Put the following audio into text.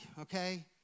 okay